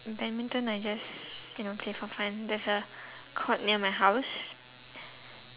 badminton I just you know play for fun there's a court near my house